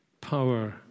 power